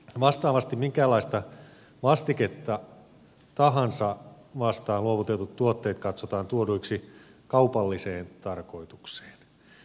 vastaavasti minkälaista vastiketta tahansa vastaan luovutettavat tuotteet katsotaan tuoduiksi kaupalliseen tarkoitukseen